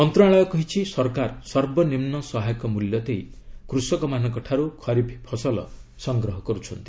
ମନ୍ତ୍ରଣାଳୟ କହିଛି ସରକାର ସର୍ବନିମ୍ନ ସହାୟକ ମୂଲ୍ୟ ଦେଇ କୃଷକମାନଙ୍କଠାରୁ ଖରିଫ୍ ଫସଲ୍ ସଂଗ୍ରହ କରୁଛନ୍ତି